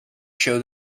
show